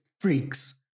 freaks